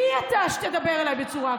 מי אתה שתדבר אליי בצורה כזאת?